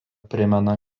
primena